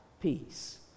peace